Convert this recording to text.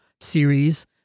series